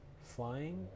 Flying